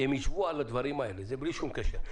הם ישבו על הדברים האלה, בלי שום קשר.